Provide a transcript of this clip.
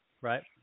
Right